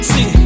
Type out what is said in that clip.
See